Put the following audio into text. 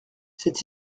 cette